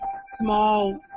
small